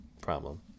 problem